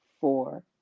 four